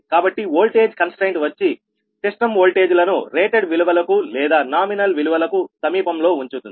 కాబట్టి voltage constraint వచ్చి system voltage లను రేటెడ్ విలువలకు లేదా నామినల్ విలువలకు సమీపంలో ఉంచుతుంది